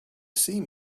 seam